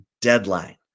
deadline